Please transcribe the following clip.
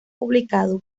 publicado